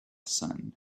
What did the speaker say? sun